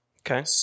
Okay